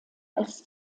als